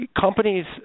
Companies